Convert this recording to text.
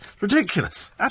Ridiculous